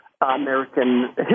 American